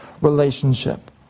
relationship